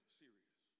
serious